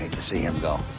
to see him go.